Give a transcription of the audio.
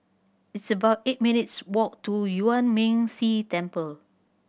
it's about eight minutes' walk to Yuan Ming Si Temple